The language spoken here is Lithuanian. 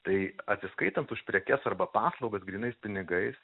tai atsiskaitant už prekes arba paslaugas grynais pinigais